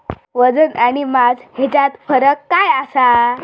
वजन आणि मास हेच्यात फरक काय आसा?